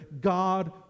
God